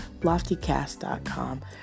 LoftyCast.com